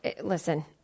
Listen